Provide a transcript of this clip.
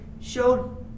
showed